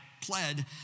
pled